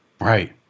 Right